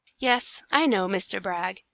yes, i know, mr. brag,